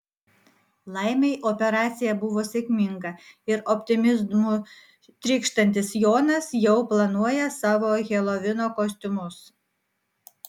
laimei operacija buvo sėkminga ir optimizmu trykštantis jonas jau planuoja savo helovino kostiumus